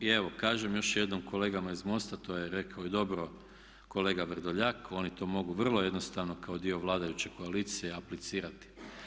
I evo kažem još jednom kolegama iz MOST-a, to je rekao i dobro kolega Vrdoljak, oni to mogu vrlo jednostavno kao dio vladajuće koalicije aplicirati.